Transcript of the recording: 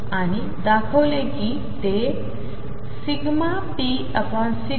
आणिदाखवलेकीते∂ρ∂tj0